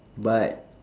but